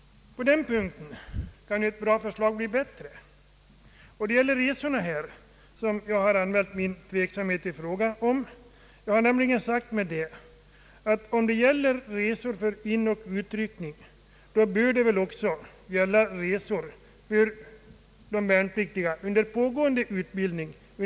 Ett bra förslag kan emellertid bli bättre, och det är i fråga om resorna som jag har anmält en avvikande mening. Jag har nämligen sagt mig att om skyddet gäller resor för inoch utryckning, bör det väl också gälla resor under pågående utbildning.